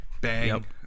Bang